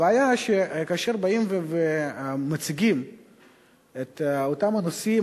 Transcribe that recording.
הבעיה היא שכאשר באים ומציגים את אותם הנושאים,